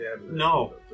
No